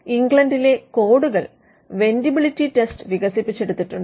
ഇംഗ്ലണ്ടിലെ കോഡുകൾ vendibility test വികസിപ്പിച്ചെടുത്തിട്ടുണ്ട്